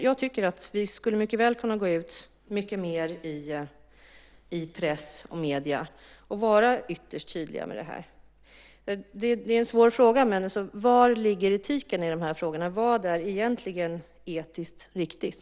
Jag tycker att vi mycket väl skulle kunna gå ut mer i press och medier och vara ytterst tydliga med detta. Det är en svår fråga, men var ligger etiken i de här frågorna? Vad är egentligen etiskt riktigt?